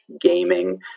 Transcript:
gaming